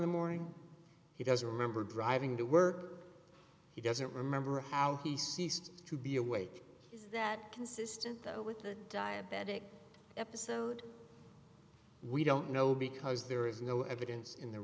the morning he doesn't remember driving to work he doesn't remember how he ceased to be awake is that consistent though with the diabetic episode we don't know because there is no evidence in the